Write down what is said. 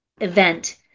event